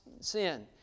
sin